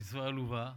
קצבה עלובה,